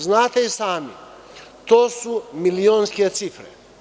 Znate i sami to su milionske cifre.